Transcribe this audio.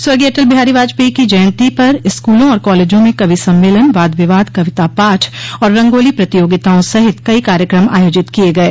स्वर्गीय अटल बिहारी वाजपेयी की जयन्ती पर स्कूलों और कॉलेजों में कवि सम्मेलन वाद विवाद कविता पाठ और रंगोली प्रतियोगितायें सहित कई कार्यक्रम आयोजित किये गये